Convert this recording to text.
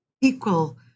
equal